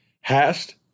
hast